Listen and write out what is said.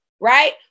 right